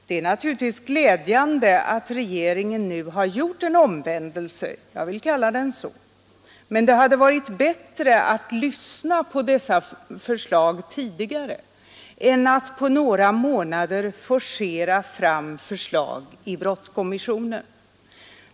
Det är naturligtvis glädjande att regeringen nu har gjort en omvändelse, jag vill kalla den så, men det hade varit bättre att lyssna till dessa förslag tidigare än att på några månader forcera fram förslag i brottskommissionen.